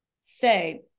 say